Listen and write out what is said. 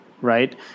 right